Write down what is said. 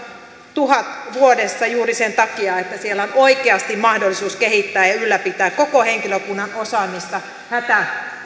tuhannessa vuodessa juuri sen takia että siellä on oikeasti mahdollisuus kehittää ja ja ylläpitää koko henkilökunnan osaamista hätä